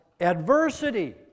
adversity